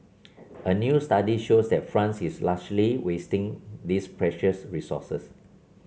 a new study shows that France is largely wasting this precious resources